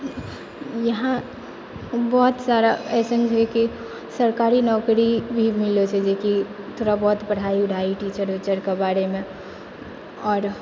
यहाँ बहुत सारा ऐसन भी है कि सरकारी नौकरी नहि मिलै छै जेकि थोड़ा बहुत पढाई वढ़ाइ टीचर वीचरके बारेमे आओर